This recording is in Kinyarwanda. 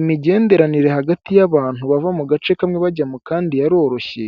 Imigenderanire hati y'abantu bava mu gace kamwe bajya mu kandi yaroroshye,